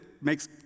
makes